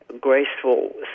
graceful